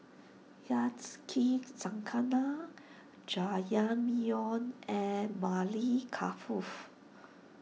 Yacikizakana Jajangmyeon and Maili